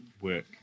work